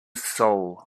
soul